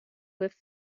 with